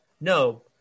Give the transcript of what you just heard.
no